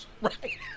Right